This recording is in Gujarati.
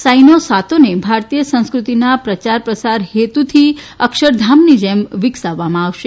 સાંઇનો સાતોને ભારતીય સંસ્કૃતિના પ્રચાર પ્રસાર હેતુથી અક્ષરધામની જેમ વિકસાવવામાં આવશે